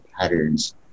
patterns